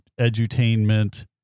edutainment